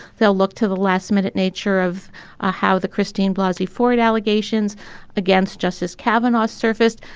they'll look to the last minute nature of ah how the christine blousy fought allegations against justice kavanagh's surfaced.